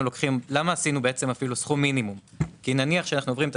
למה עשינו סכום מינימום כי נניח שאנחנו עוברים את